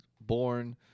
born